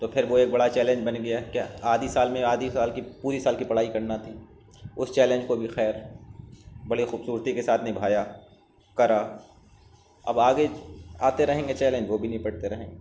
تو پھر وہ ایک برا چلینج بن گیا کہ آدھی سال میں آدھی سال کی پوری سال کی پڑھائی کرنا تھی اس چیلنج کو بھی خیر بڑے خوبصورتی کے ساتھ نبھایا کرا اب آگے آتے رہیں گے چلینج وہ بھی نپٹتے رہیں